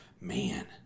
Man